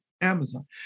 Amazon